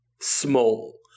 small